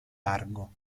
argo